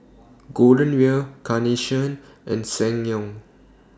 Golden Wheel Carnation and Ssangyong